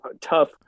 tough